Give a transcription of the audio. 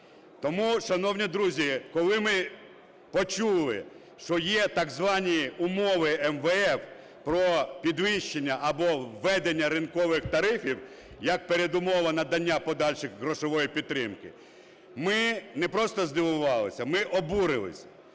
Тому, шановні друзі, коли ми почули, що є так звані умови МВФ про підвищення або введення ринкових тарифів як передумови надання подальшої грошової підтримки, ми не просто здивувалися - ми обурилися.